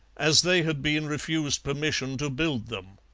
as they had been refused permission to build them.